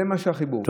זה החיבור.